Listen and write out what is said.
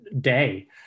day